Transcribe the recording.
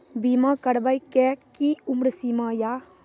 बीमा करबे के कि उम्र सीमा या?